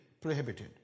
prohibited